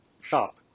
shop